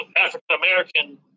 African-American